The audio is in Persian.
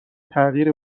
تغییری